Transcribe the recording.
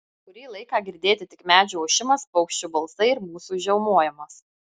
kurį laiką girdėti tik medžių ošimas paukščių balsai ir mūsų žiaumojimas